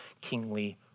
kingly